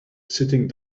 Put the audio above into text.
sitting